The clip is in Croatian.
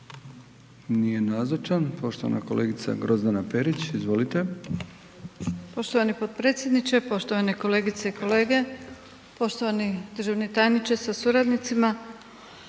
nije nazočan. Poštovana kolegica Grozdana Perić, izvolite. **Perić, Grozdana (HDZ)** Poštovani potpredsjedniče, poštovane kolegice i kolege, poštovani državni tajniče sa suradnicima.